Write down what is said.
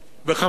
וחבל.